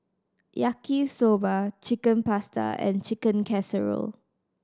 Yaki Soba Chicken Pasta and Chicken Casserole